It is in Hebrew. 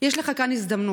יש לך כאן הזדמנות,